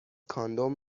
کاندوم